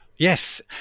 Yes